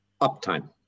uptime